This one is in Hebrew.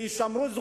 יישמרו.